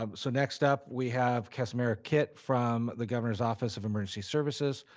um so next up we have kasmira kit from the governor's office of emergency services.